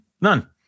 None